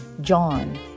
John